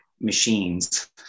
machines